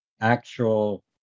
actual